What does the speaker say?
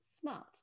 SMART